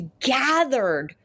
gathered